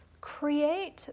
create